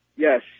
Yes